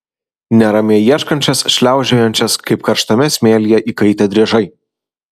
neramiai ieškančias šliaužiojančias kaip karštame smėlyje įkaitę driežai